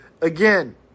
Again